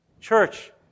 church